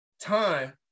Time